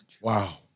Wow